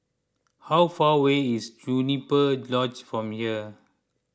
how far away is Juniper Lodge from here